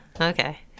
okay